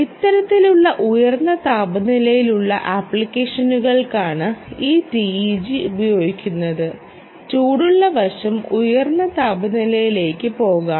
ഇത്തരത്തിലുള്ള ഉയർന്ന താപനിലയിലുള്ള ആപ്ലിക്കേഷനുകൾക്കാണ് ഈ ടിഇജി ഉപയോഗിക്കുന്നത് ചൂടുള്ള വശം ഉയർന്ന താപനിലയിലേക്ക് പോകാം